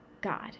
God